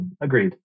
agreed